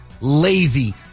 lazy